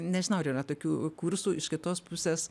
nežinau ar yra tokių kursų iš kitos pusės